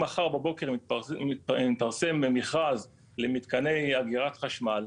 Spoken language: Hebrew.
אם מחר בבוקר מתפרסם מכרז למתקני אגירת חשמל,